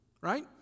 right